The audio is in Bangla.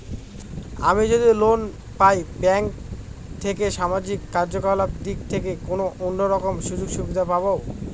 আমি যদি লোন পাই ব্যাংক থেকে সামাজিক কার্যকলাপ দিক থেকে কোনো অন্য রকম সুযোগ সুবিধা পাবো?